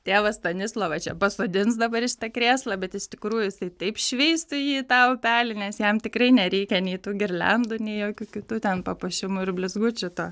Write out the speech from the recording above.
tėvą stanislovą čia pasodins dabar į šitą krėslą bet iš tikrųjų jisai taip šveistų jį tą upelį nes jam tikrai nereikia nei tų girliandų nei jokių kitų ten papuošimų ir blizgučių to